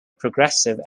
progressive